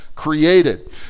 created